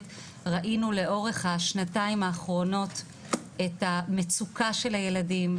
ראינו לאורך השנתיים האחרונות את המצוקה של הילדים,